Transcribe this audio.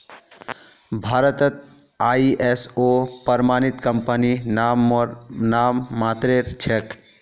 भारतत आई.एस.ओ प्रमाणित कंपनी नाममात्रेर छेक